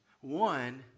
One